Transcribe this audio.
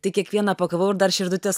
tai kiekvieną pakavau ir dar širdutes